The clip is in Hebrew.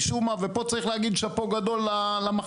משום מה ופה צריך להגיד שאפו גדול למחלבות